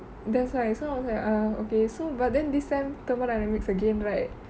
that's why so I was like ah okay so but then this sem thermodynamics again right